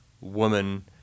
woman